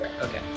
Okay